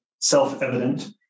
self-evident